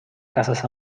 casas